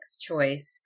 choice